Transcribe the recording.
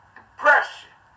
depression